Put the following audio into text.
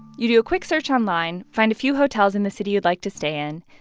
you do a quick search online, find a few hotels in the city you'd like to stay in.